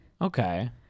Okay